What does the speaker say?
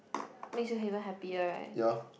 makes you even happier right